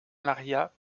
maria